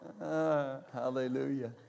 hallelujah